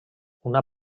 una